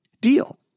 deal